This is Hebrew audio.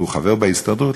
הוא חבר בהסתדרות?